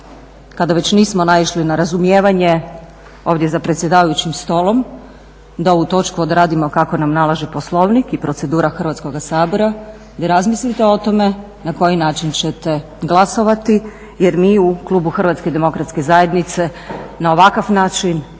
kada već nismo naišli na razumijevanje ovdje za predsjedavajućim stolom da ovu točku odradimo kako nam nalaže Poslovnik i procedura Hrvatskoga sabora, da razmislite o tome na koji način ćete glasovati jer mi u Klubu Hrvatske demokratske zajednice na ovakav način ne možemo